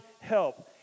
help